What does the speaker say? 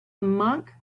monk